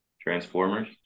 Transformers